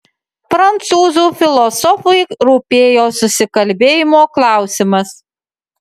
prancūzų filosofui rūpėjo susikalbėjimo klausimas